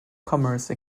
commerce